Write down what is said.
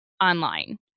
online